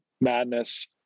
madness